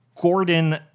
Gordon